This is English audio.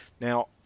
Now